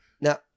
Now